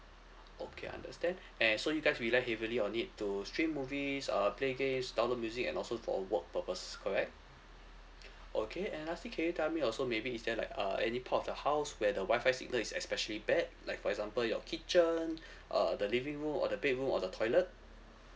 okay understand and so you guys rely heavily on it to stream movies uh play games download music and also for work purposes correct okay and last thing can you tell me also maybe is there like uh any part of your house where the wi-fi signal is especially bad like for example your kitchen uh the living room or the bedroom or the toilet